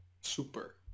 super